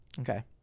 Okay